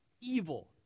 Evil